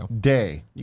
day